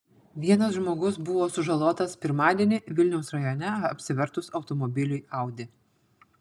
vienas žmogus buvo sužalotas pirmadienį vilniaus rajone apsivertus automobiliui audi